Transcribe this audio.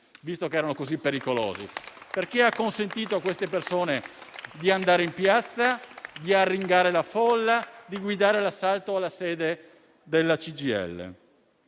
visto che erano così pericolosi? Perché ha consentito a queste persone di andare in piazza, arringare la folla e guidare l'assalto alla sede della CGIL?